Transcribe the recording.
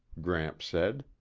gramps said.